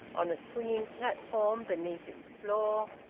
on a swinging platform beneath its floor,